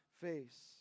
face